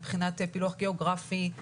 מבחינת פילוח גיאוגרפי,